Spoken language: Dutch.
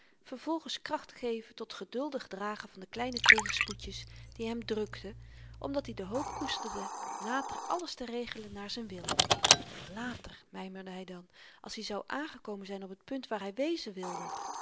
vervolgens kracht te geven tot geduldig dragen van de kleine tegenspoedjes die hem drukten omdat i de hoop koesterde later alles te regelen naar z'n wil later mymerde hy dan als i zou aangekomen zyn op t punt waar hy wezen wilde